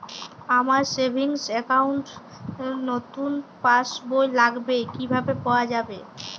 আমার savings account র নতুন পাসবই লাগবে কিভাবে পাওয়া যাবে?